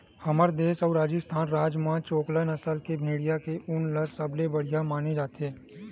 हमर देस अउ राजिस्थान राज म चोकला नसल के भेड़िया के ऊन ल सबले बड़िया माने जाथे